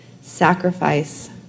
sacrifice